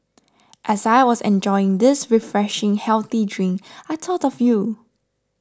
as I was enjoying this refreshing healthy drink I thought of you